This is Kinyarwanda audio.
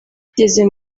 kigeze